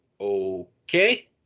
okay